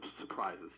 surprises